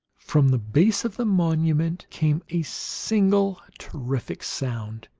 from the base of the monument came a single terrific sound,